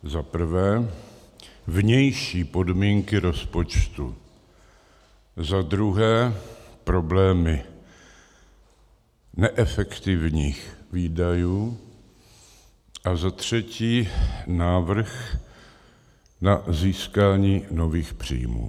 Za prvé, vnější podmínky rozpočtu, za druhé, problémy neefektivních výdajů, a za třetí, návrh na získání nových příjmů.